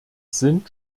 sind